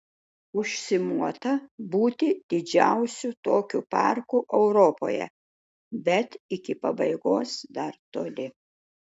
užsimota būti didžiausiu tokiu parku europoje bet iki pabaigos dar toli